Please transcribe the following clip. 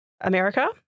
America